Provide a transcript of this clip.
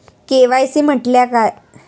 KYC म्हटल्या काय?